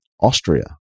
Austria